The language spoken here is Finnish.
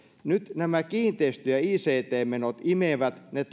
nyt nämä kiinteistö ja ict menot imevät ne